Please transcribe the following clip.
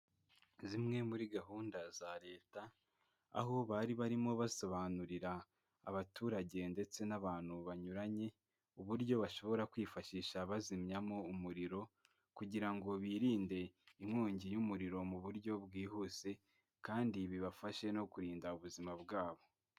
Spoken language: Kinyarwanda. Zimwe muri gahunda za leta aho bari barimo basobanurira abaturage ndetse n'abantu banyuranye uburyo bashobora kwifashisha bazimyamo umuriro kugira ngo birinde inkongi y'umuriro mu buryo bwihuse kandi bibafashe no kurinda ubuzima bwabo.